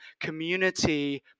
community